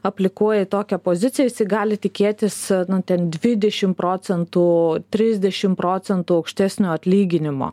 aplikuoja į tokią poziciją gali tikėtis ten dvidešim procentų trisdešim procentų aukštesnio atlyginimo